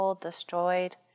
destroyed